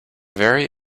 very